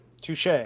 Touche